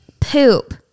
Poop